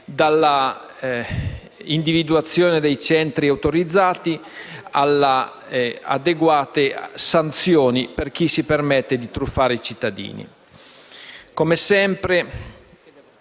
dall'individuazione dei centri autorizzati, alle adeguate sanzioni per chi si permette di truffare i cittadini.